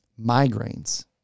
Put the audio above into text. Migraines